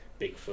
Bigfoot